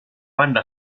banda